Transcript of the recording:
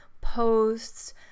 posts